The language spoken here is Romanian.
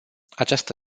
această